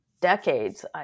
decades